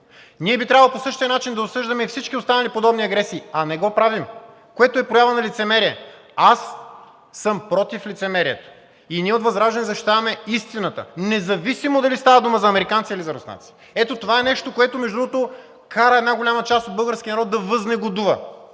ние би трябвало по същия начин да осъждаме и всички останали подобни агресии, а не го правим, което е проява на лицемерие. Аз съм против лицемерието. Ние от ВЪЗРАЖДАНЕ защитаваме истината, независимо дали става дума за американци, или за руснаци. Ето това е нещото, което, между другото, кара една голяма част от българския народ да възнегодува,